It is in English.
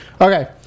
okay